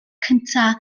cyntaf